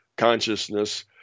consciousness